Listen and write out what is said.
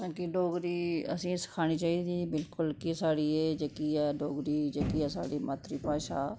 अग्गें डोगरी असें ई सखानी चाहिदी की बिलकुल कि साढ़ी एह् जेह्की ऐ डोगरी जेह्की ऐ साढ़ी मात्तरी भाशा